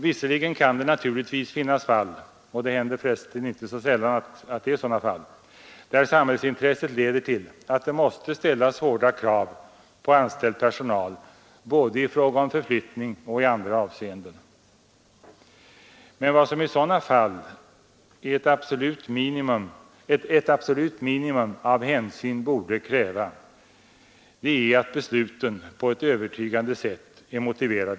Visserligen kan det naturligtvis finnas fall — det händer inte så sällan — där samhällsintresset leder till att det måste ställas hårda krav på anställd personal både i fråga om förflyttning och i andra avseenden, men som ett absolut minimum av hänsyn borde i sådana fall krävas att besluten på ett övertygande sätt motiveras.